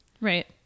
Right